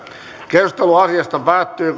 keskustelu asiasta päättyi